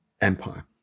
Empire